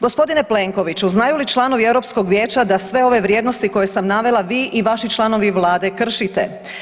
Gospodine Plenkoviću znaju li članovi Europskog vijeća da sve ove vrijednosti koje sam navela vi i vaši članovi Vlade kršite?